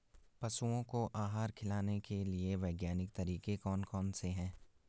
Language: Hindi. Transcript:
पशुओं को आहार खिलाने के लिए वैज्ञानिक तरीके कौन कौन से हैं?